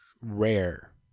Rare